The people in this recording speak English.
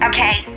Okay